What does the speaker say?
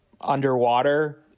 underwater